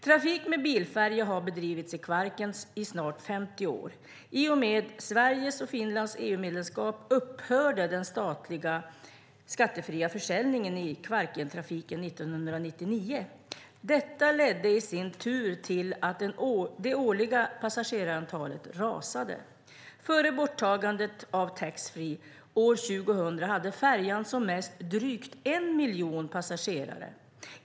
Trafik med bilfärja har bedrivits i Kvarken i snart 50 år. I och med Sveriges och Finlands EU-medlemskap upphörde den statliga skattefria försäljningen i Kvarkentrafiken 1999. Detta ledde i sin tur till att det årliga passagerarantalet rasade. Före borttagandet av taxfreeförsäljningen hade färjan som mest drygt en miljon passagerare.